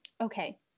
okay